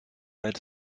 red